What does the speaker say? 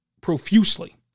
profusely